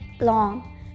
long